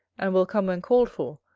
and will come when called for,